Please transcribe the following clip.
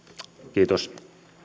kiitos